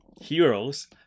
heroes